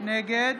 נגד